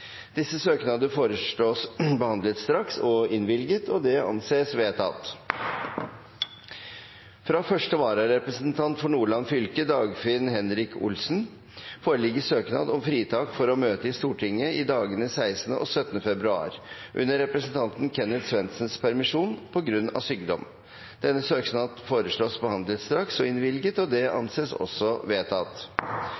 Disse søknader foreslås behandlet straks og innvilget. – Det anses vedtatt. Fra første vararepresentant for Nordland fylke, Dagfinn Henrik Olsen, foreligger søknad om fritak for å møte i Stortinget i dagene 16. og 17. februar under representanten Kenneth Svendsens permisjon, på grunn av sykdom. Etter forslag fra presidenten ble enstemmig besluttet: Søknaden behandles straks og